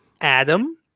Adam